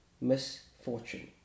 misfortune